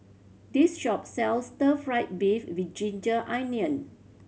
this shop sells stir fried beef with ginger onion